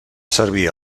servir